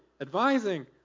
advising